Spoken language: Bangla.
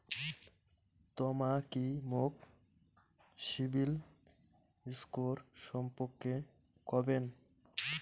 তমা কি মোক সিবিল স্কোর সম্পর্কে কবেন?